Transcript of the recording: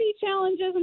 challenges